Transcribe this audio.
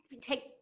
take